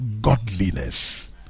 godliness